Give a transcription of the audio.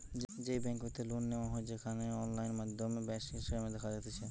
যেই বেংক হইতে লোন নেওয়া হয় সেখানে অনলাইন মাধ্যমে ব্যাঙ্ক স্টেটমেন্ট দেখা যাতিছে